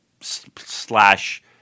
slash